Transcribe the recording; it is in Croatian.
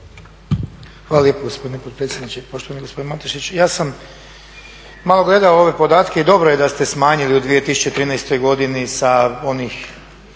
Hvala lijepo gospodine potpredsjedniče, poštovani gospodine Matešić. Ja sam malo gledao ove podatke i dobro je da ste smanjili u 2013. godini sa onih